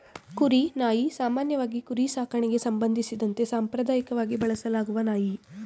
ಕುರಿ ನಾಯಿ ಸಾಮಾನ್ಯವಾಗಿ ಕುರಿ ಸಾಕಣೆಗೆ ಸಂಬಂಧಿಸಿದಂತೆ ಸಾಂಪ್ರದಾಯಕವಾಗಿ ಬಳಸಲಾಗುವ ನಾಯಿ